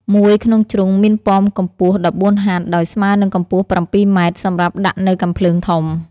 ក្នុងមួយជ្រុងមានប៉មកម្ពស់ ១៤ហត្ថ ដោយស្មើនិងកម្ពស់ ៧ម៉ែត្រ សម្រាប់ដាក់នៅកាំភ្លើងធំ ។